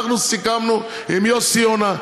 אנחנו סיכמנו עם יוסי יונה,